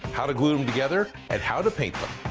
how to glue em together. and how to paint them.